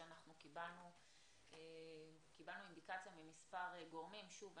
קיבלנו אינדיקציה ממספר גורמים שוב,